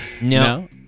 No